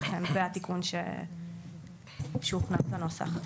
לכן זה התיקון שהוכנס בנוסח.